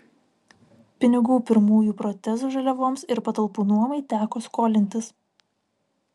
pinigų pirmųjų protezų žaliavoms ir patalpų nuomai teko skolintis